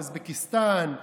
אוזבקיסטן,